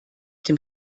dem